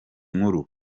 nkuru